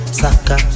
saka